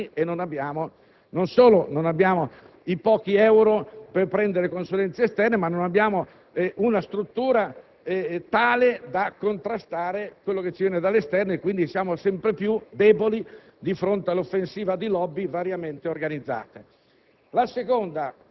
(facciamo le indagini e non solo non abbiamo i pochi euro per permetterci consulenze esterne ma non abbiamo una struttura tale da contrastare ciò che ci viene dall'esterno e quindi siamo sempre più deboli di fronte all'offensiva di *lobby* variamente organizzate);